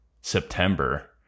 September